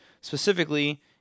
specifically